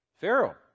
Pharaoh